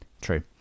True